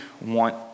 want